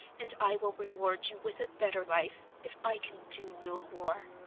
and i will reward you with a better life, if i can do no more.